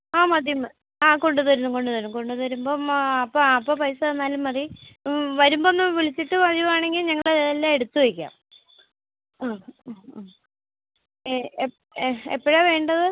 ആ മതി ആ കൊണ്ടുതരും കൊണ്ടുതരും കൊണ്ടുതരുമ്പോള് ആ അപ്പം അപ്പോള് പൈസ തന്നാലും മതി വരുമ്പോള് ഒന്ന് വിളിച്ചിട്ട് വരികയാണെങ്കില് ഞങ്ങള് എല്ലാം എടുത്തുവെയ്ക്കാം ആ മ്മ് മ്മ് എപ്പോഴാണ് വേണ്ടത്